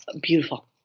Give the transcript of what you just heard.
beautiful